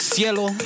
Cielo